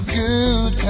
good